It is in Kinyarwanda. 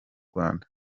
rwanda